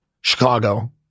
Chicago